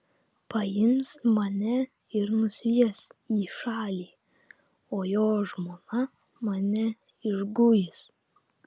paims mane ir nusvies į šalį o jo žmona mane išguis